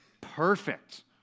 perfect